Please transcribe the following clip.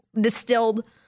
distilled